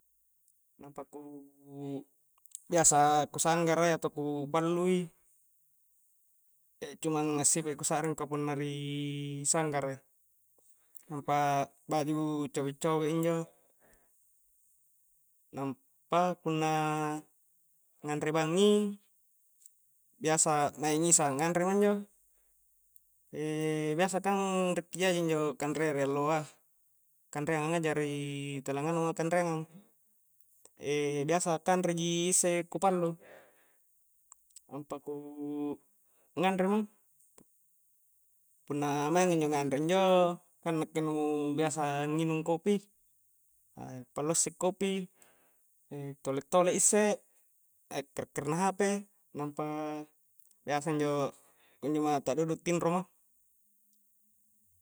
Nampa kuuuu, biasa ku sanggarai atau ku pallui e cuman assipai ku sakring ka punna ri sanggara i nampa akbaju cobe-cobe injo nampa punna nganre bangngi biasa maing isya nganre ma injo biasa kang rieki ja injo kanrea ri alloa, kanreangang a jari tala ngallema kanreangang biasa kanreji isse ku pallu nampa ku nganre ma, punna mainga injo nganre injo kang nakke nu biasa nginung kopi pallua isse kopi tole-tole isse kare'-karena hp, nampa biasa injo kunjoma ta'duddu, tinro ma.